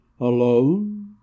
Alone